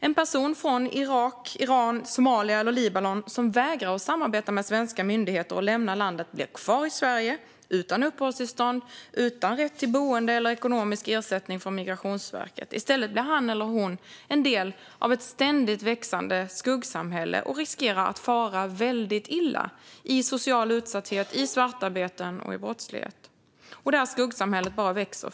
En person från Irak, Iran, Somalia eller Libanon som vägrar att samarbeta med svenska myndigheter och vägrar att lämna landet blir kvar i Sverige utan uppehållstillstånd och utan rätt till boende eller ekonomisk ersättning från Migrationsverket. Han eller hon blir en del av ett ständigt växande skuggsamhälle och riskerar att fara väldigt illa och hamna i social utsatthet, i svartarbeten och i brottslighet. Och detta skuggsamhälle bara växer.